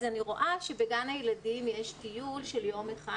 אז אני רואה שבגן הילדים יש טיול של יום אחד,